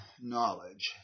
knowledge